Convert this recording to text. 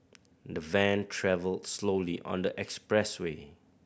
the van travelled slowly on the expressway